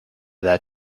that